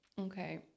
Okay